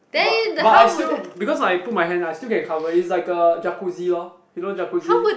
but but I still because I put my hand I still can cover it's like a jacucci lor you know jacucci